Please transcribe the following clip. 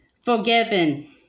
forgiven